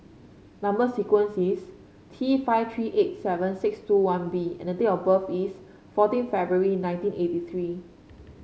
number sequence is T five three eight seven six two one B and date of birth is fourteen February nineteen eighty three